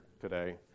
today